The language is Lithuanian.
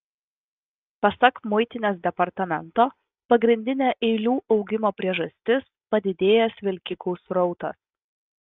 pasak muitinės departamento pagrindinė eilių augimo priežastis padidėjęs vilkikų srautas